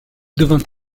devint